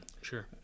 sure